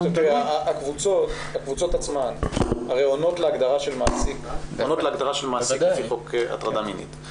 הקבוצות עצמן הרי עונות להגדרה של מעסיק לפי חוק הטרדה מינית.